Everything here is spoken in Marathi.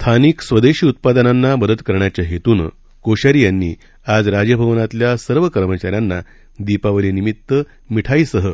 स्थानिक स्वदेशी उत्पादनांना मदत करण्याच्या हेतूनं कोश्यारी यांनी आज राजभवनातल्या सर्व कर्मचाऱ्यांना दीपावलीनिमित्त मिठाईसह